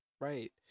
right